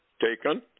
taken